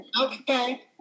Okay